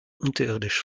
unterirdisch